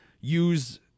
use